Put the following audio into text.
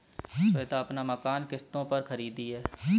श्वेता अपना मकान किश्तों पर खरीदी है